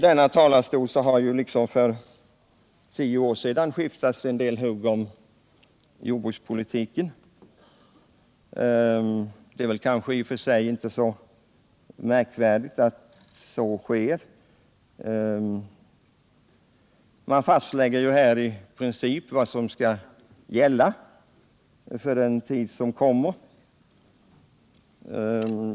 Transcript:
Det har i dag liksom för tio år sedan skiftats en del hugg om jordbrukspolitiken. Det är väl kanske i och för sig inte märkvärdigt att så sker. Vi fastlägger här i princip vad som skall gälla för tid framöver.